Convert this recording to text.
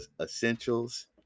essentials